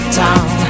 town